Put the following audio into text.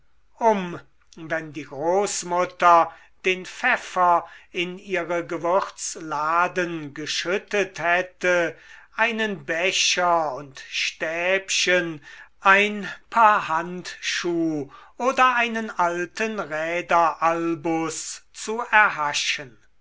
um wenn die großmutter den pfeffer in ihre gewürzladen geschüttet hätte einen becher und stäbchen ein paar handschuh oder einen alten räderalbus zu erhaschen